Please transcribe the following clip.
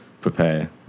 prepare